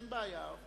אין בעיה.